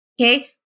okay